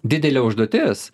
didelė užduotis